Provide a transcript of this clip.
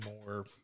more